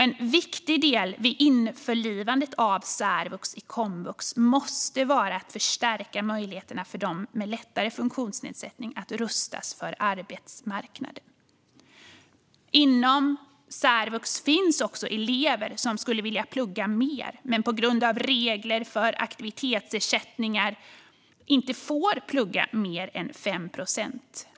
En viktig del vid införlivandet av särvux i komvux måste vara att förstärka möjligheterna för dem med lättare funktionsnedsättning att rustas för arbetsmarknaden. Inom särvux finns också elever som skulle vilja plugga mer. Men på grund av regler för aktivitetsersättningar får de inte plugga mer än 5 procent.